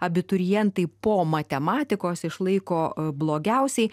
abiturientai po matematikos išlaiko blogiausiai